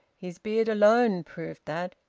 his beard alone proved that.